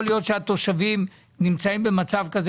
יכול להיות שהתושבים נמצאים במצב כזה